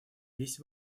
весь